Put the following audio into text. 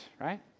right